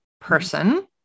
person